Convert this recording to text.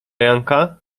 janka